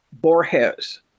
borges